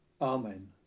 Amen